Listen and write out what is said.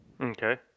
Okay